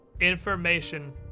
information